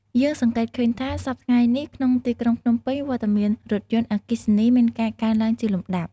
យើងសង្កេតឃើញថា សព្វថ្ងៃនេះ ក្នុងទីក្រុងភ្នំពេញ វត្តមានរថយន្តអគ្គិសនីមានការកើនឡើងជាលំដាប់។